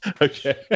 okay